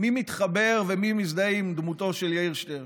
מי מתחבר ומי מזדהה עם דמותו של יאיר שטרן.